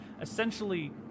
essentially